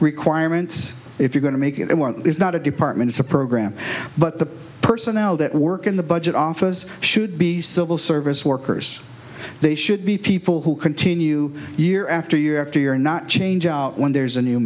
requirements if you're going to make it one is not a department it's a program but the personnel that work in the budget office should be civil service workers they should be people who continue year after year after year and not change out when there's a new